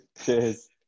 Cheers